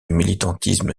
militantisme